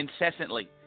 incessantly